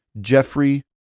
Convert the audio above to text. Jeffrey